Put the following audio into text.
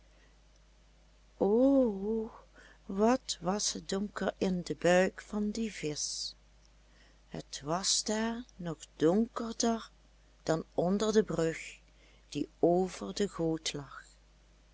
o wat was het donker in den buik van dien visch het was daar nog donkerder dan onder de brug die over de goot lag